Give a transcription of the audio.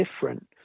different